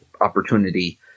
opportunity